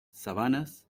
sabanas